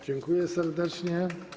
Dziękuję serdecznie.